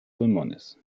pulmones